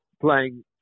playing